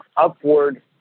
upward